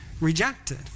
rejected